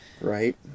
Right